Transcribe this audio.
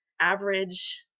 average